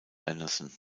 anderson